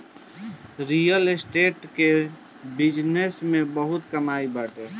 real estate के business में बहुते कमाई बाटे